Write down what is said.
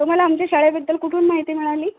तुम्हाला आमच्या शाळेबद्दल कुठून माहिती मिळाली